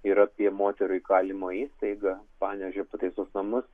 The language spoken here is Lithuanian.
yra apie moterų įkalinimo įstaigą panevėžio pataisos namus